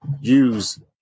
use